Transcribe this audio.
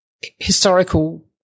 historical